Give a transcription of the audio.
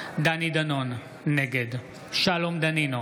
דני דנון, נגד שלום דנינו,